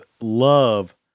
love